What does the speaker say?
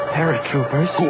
Paratroopers